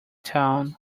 town